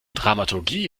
dramaturgie